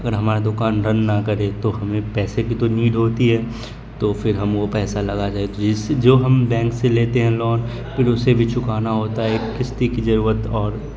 اگر ہمارا دوکان رن نہ کرے تو ہمیں پیسے کی تو نیڈ ہوتی ہے تو پھر ہم وہ پیسہ لگا جائے جس سے جو ہم بینک سے لیتے ہیں لون پھر اسے بھی چکانا ہوتا ہے ایک کشتے کی ضرورت اور